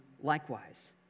likewise